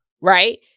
Right